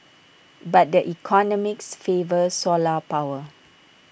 but the economics favour solar power